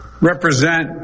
represent